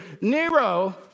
Nero